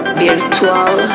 virtual